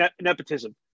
nepotism